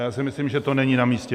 Já si myslím, že to není namístě.